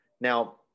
now